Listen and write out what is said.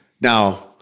Now